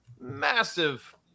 massive